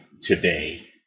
today